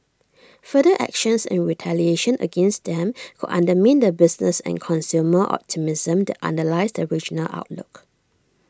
further actions and retaliation against them could undermine the business and consumer optimism that underlies the regional outlook